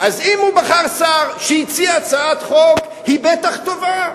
אז אם הוא בחר שר שהציע הצעת חוק, היא בטח טובה.